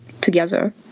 together